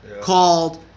called